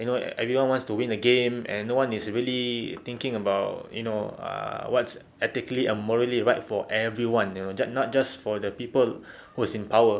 you know everyone wants to win a game and no one is really thinking about you know err what's ethically and morally right for everyone you know not just for the people who's in power